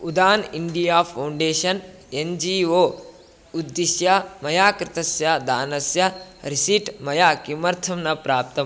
Udaan India foundation N G O उद्दिश्य मया कृतस्य दानस्य रिसीट् मया किमर्थं न प्राप्तम्